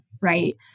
right